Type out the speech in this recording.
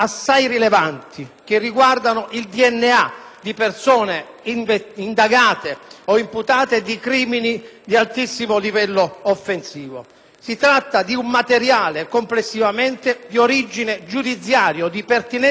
che riguardano il DNA di persone indagate o imputate di crimini di altissimo livello offensivo. Si tratta di un materiale complessivamente di origine o di pertinenza giudiziaria.